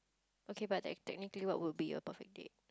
okay but like technically what would be your perfect date